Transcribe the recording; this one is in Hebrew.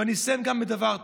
ואני אסיים גם בדבר טוב.